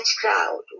crowd